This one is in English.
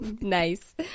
nice